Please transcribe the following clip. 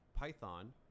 Python